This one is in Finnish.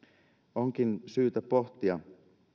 onkin syytä pohtia